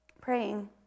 praying